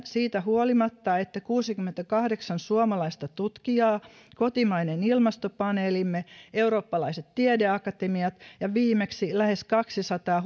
siitä huolimatta että kuusikymmentäkahdeksan suomalaista tutkijaa kotimainen ilmastopaneelimme eurooppalaiset tiedeakatemiat ja viimeksi lähes kaksisataa